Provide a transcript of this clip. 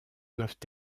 doivent